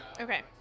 Okay